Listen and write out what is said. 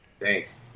Thanks